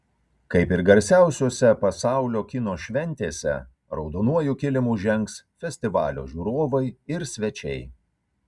kaip ir garsiausiose pasaulio kino šventėse raudonuoju kilimu žengs festivalio žiūrovai ir svečiai